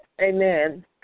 Amen